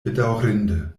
bedaŭrinde